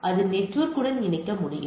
இதனால் அது நெட்வொர்க் உடன் இணைக்க முடியும்